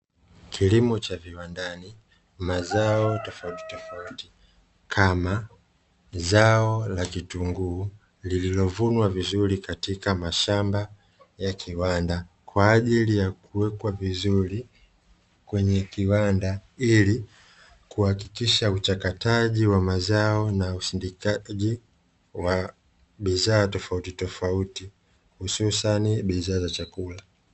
Kilimo cha viwandani. Mazao tofauti tofauti kama; zao la kitunguu lililovunwa vizuri katika mashamba ya kiwanda, kwa ajili ya kuwekwa vizuri kwenye kiwanda, ili kuhakikisha uchakataji wa mazao na usindikaji wa bidhaa tofauti tofauti hususani bidhaa za chakula.